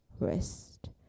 rest